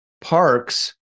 parks